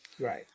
Right